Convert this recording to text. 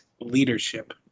leadership